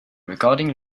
regarding